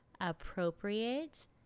appropriate